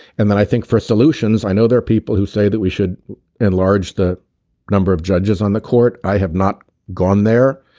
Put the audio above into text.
and then i think for solutions i know there are people who say that we should enlarge the number of judges on the court. i have not gone there.